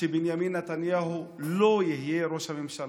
שבנימין נתניהו לא יהיה ראש הממשלה,